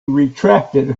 retracted